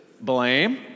blame